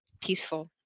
peaceful